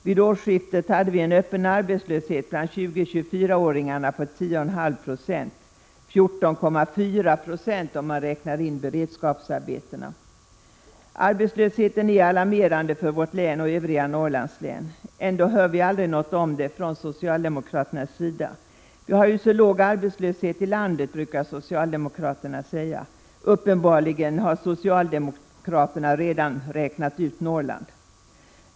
Vid årsskiftet hade vi en öppen arbetslöshet bland 20—24-åringarna på 10,5 26—14,4 96, om man räknar in beredskapsarbetena. Arbetslösheten är alarmerande för vårt län och övriga Norrlandslän. Ändå hör vi aldrig något om det från socialdemokraternas sida. Vi har ju så låg arbetslöshet i landet, brukar socialdemokraterna säga. Uppenbarligen har socialdemokraterna redan räknat ut Norrland.